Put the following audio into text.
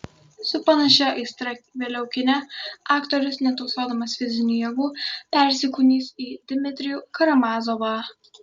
su panašia aistra vėliau kine aktorius netausodamas fizinių jėgų persikūnys į dmitrijų karamazovą